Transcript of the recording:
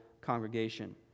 congregation